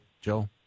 Joe